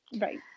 Right